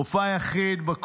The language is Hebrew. מופע יחיד.